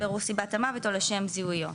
"לשם בירור סיבת המוות או לשם זיהויו".